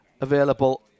available